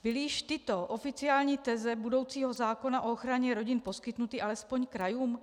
Byly již tyto oficiální teze budoucího zákona o ochraně rodin poskytnuty alespoň krajům?